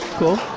cool